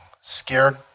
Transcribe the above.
scared